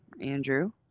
Andrew